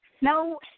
No